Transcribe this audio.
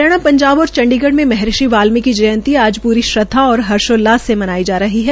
हरियाणा पंजाब और चंडीगढ़ में महर्षि वाल्मीकी जयंती आज पूरी श्रद्वा और हषोल्लास से मनाई जा रही है